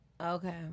Okay